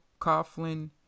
coughlin